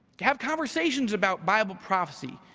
have conversations about bible prophecy,